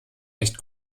nicht